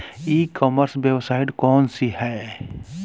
ई commerce website कौन सी है?